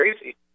crazy